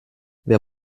wer